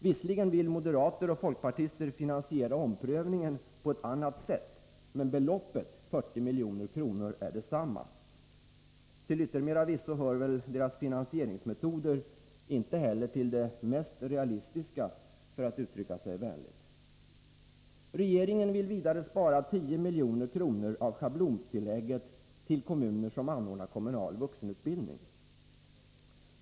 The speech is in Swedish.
Visserligen vill moderaterna och folkpartisterna finansiera omprövningen på ett annat sätt, men beloppet, 40 milj.kr., är detsamma. Till yttermera visso hör väl deras finansieringsmetoder inte heller till de mest realistiska — för att uttrycka sig vänligt. Regeringen vill vidare spara 10 milj.kr. av schablontillägget till kommuner som anordnar kommunal vuxenutbildning.